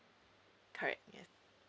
correct yes